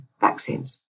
vaccines